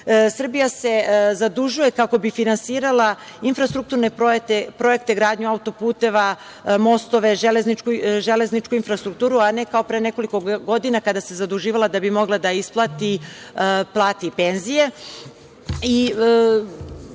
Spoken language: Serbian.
Srbija se zadužuje kako bi finansirala infrastrukturne projekte, gradnju autoputeva, mostove, železničku infrastrukturu, a ne kao pre nekoliko godina kada se zaduživala da bi mogla da isplati plate i penzije. Svi